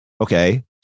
Okay